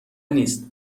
نیست